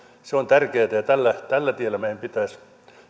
se on tärkeätä ja tällä tällä tiellä meidän pitäisi